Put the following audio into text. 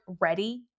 ready